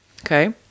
okay